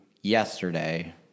yesterday